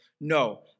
no